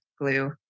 glue